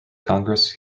congress